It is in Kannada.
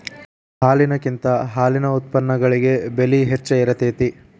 ಹಾಲಿನಕಿಂತ ಹಾಲಿನ ಉತ್ಪನ್ನಗಳಿಗೆ ಬೆಲೆ ಹೆಚ್ಚ ಇರತೆತಿ